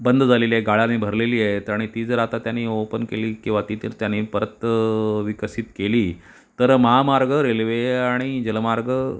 बंद झालेली आहे गाळानी भरलेली आहेत आणि ती जर आता त्यांनी ओपन केली किंवा ती तर त्यांनी परत विकसित केली तर महामार्ग रेल्वे आणि जलमार्ग